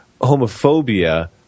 homophobia